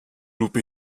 lupe